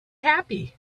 happy